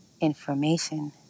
information